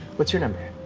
what's your number?